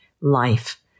life